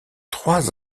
trois